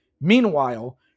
Meanwhile